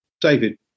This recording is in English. David